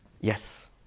Yes